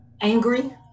angry